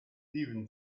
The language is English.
even